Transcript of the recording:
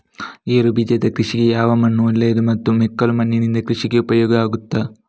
ಗೇರುಬೀಜದ ಕೃಷಿಗೆ ಯಾವ ಮಣ್ಣು ಒಳ್ಳೆಯದು ಮತ್ತು ಮೆಕ್ಕಲು ಮಣ್ಣಿನಿಂದ ಕೃಷಿಗೆ ಉಪಯೋಗ ಆಗುತ್ತದಾ?